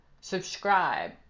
subscribe